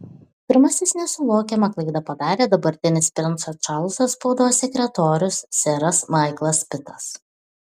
pirmasis nesuvokiamą klaidą padarė dabartinis princo čarlzo spaudos sekretorius seras maiklas pitas